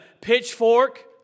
pitchfork